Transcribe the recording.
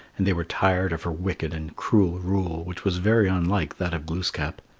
and they were tired of her wicked and cruel rule which was very unlike that of glooskap.